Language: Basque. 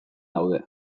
daude